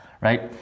right